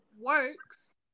works